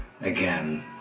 Again